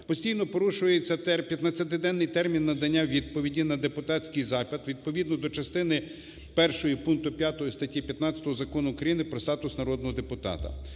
постійно порушується 15-денний термін надання відповіді на депутатський запит відповідно до частини першої пункту 5 статті 15 Закону України "Про статус народного депутата";